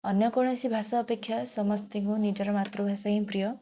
ଅନ୍ୟ କୌଣସି ଭାଷା ଅପେକ୍ଷା ସମସ୍ତଙ୍କୁ ନିଜର ମାତୃଭାଷା ହିଁ ପ୍ରିୟ